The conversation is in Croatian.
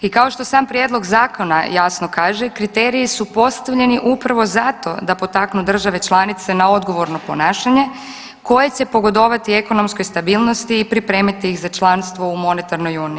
I kao što sam prijedlog zakona jasno kaže, kriteriji su postavljeni upravo zato da potaknu države članice na odgovorno ponašanje koje će pogodovati ekonomskoj stabilnosti i pripremiti ih za članstvo u monetarnoj uniji.